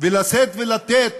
ולשאת ולתת